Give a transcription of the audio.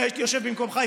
אם הייתי יושב במקומך,